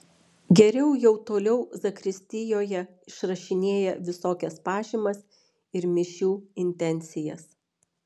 geriau jau toliau zakristijoje išrašinėja visokias pažymas ir mišių intencijas